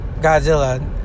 Godzilla